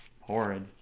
horrid